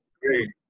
great